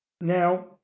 Now